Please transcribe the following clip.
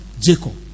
Jacob